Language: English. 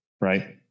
right